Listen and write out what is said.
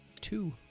Two